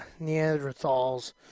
Neanderthals